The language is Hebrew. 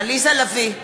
עליזה לביא,